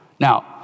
Now